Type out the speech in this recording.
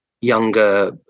younger